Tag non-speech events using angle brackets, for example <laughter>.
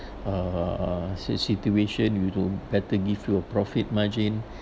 uh uh uh sit~ situation you do better give you a profit margin <breath>